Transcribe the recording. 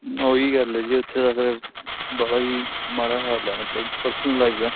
ਉਹੀ ਗੱਲ ਆ ਜੀ ਉੱਥੇ ਤਾਂ ਫਿਰ ਬਾਹਲਾ ਹੀ ਮਾੜਾ ਹਾਲ ਆ ਮਤਲਬ ਪਰਸਨਲ ਲਾਇਫ ਦਾ